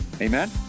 Amen